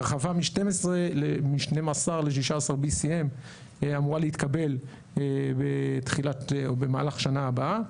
הרחבה מ-12 ל-BCM16 אמורה להתקבל במהלך שנה הבאה.